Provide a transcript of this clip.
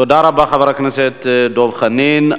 תודה רבה, חבר הכנסת דב חנין.